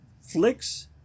flicks